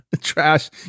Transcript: Trash